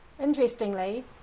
Interestingly